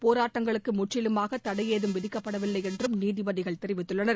போராட்டங்களுக்கு முற்றிலுமாக தடையேதும் விதிக்கப்படவில்லை என்றும் நீதிபதிகள் தெரிவித்துள்ளனர்